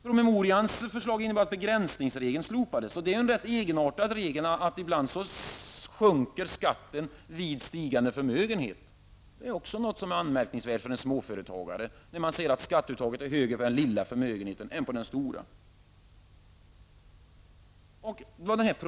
Promemorians förslag innebar att den s.k. begränsningsregeln skulle slopas. Det är en rätt egenartad regel som gör att skatten ibland sjunker vid stigande förmögenhet. Detta är också något som är anmärkningsvärt för en småföretagare. Man ser att skatteuttaget är större på den lilla förmögenheten än på den stora.